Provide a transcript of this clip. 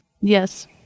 yes